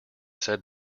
said